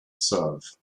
serve